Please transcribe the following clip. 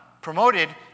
promoted